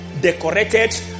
decorated